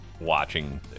watching